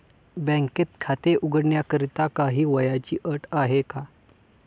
बँकेत खाते उघडण्याकरिता काही वयाची अट आहे का?